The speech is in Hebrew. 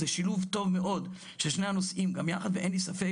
זה שילוב טוב מאוד של שני הנושאים גם יחד ואין לי ספק